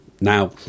Now